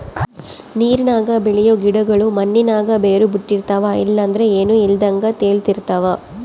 ನೀರಿನಾಗ ಬೆಳಿಯೋ ಗಿಡುಗುಳು ಮಣ್ಣಿನಾಗ ಬೇರು ಬುಟ್ಟಿರ್ತವ ಇಲ್ಲಂದ್ರ ಏನೂ ಇಲ್ದಂಗ ತೇಲುತಿರ್ತವ